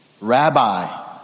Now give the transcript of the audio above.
Rabbi